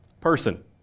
person